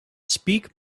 speak